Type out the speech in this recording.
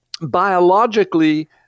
biologically